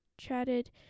chatted